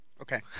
Okay